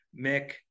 Mick